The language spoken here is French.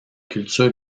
culture